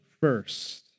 first